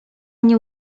nie